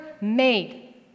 made